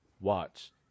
Watch